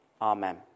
amen